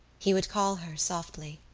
he would call her softly